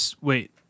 wait